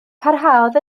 parhaodd